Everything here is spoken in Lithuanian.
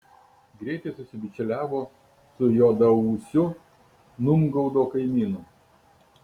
greitai susibičiuliavo su juodaūsiu numgaudo kaimynu